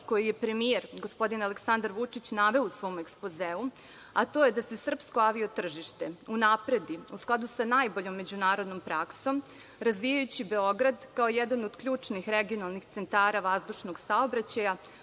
koji je premijer, gospodin Aleksandar Vučić, naveo u svom ekspozeu, a to je da se srpsko avio-tržište unapredi u skladu sa najboljom međunarodnom praksom, razvijajući Beograd kao jedan od ključnih regionalnih centara vazdušnog saobraćaja,